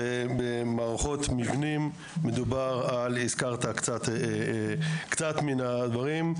ובמערכות מבנים הזכרת קצת מן הדברים,